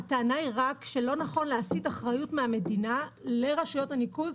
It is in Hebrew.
הטענה היא רק שלא נכון להסיט אחריות מהמדינה לרשויות הניקוז,